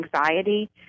anxiety